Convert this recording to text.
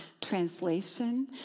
translation